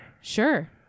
Sure